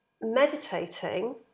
meditating